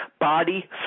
body